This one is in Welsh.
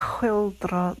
chwyldro